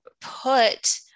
put